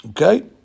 Okay